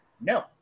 No